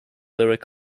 lyric